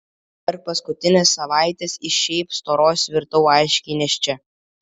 per paskutines savaites iš šiaip storos virtau aiškiai nėščia